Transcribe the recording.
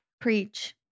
Preach